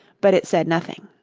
but it said nothing.